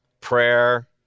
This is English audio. prayer